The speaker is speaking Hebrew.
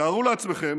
תארו לעצמכם